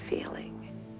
feeling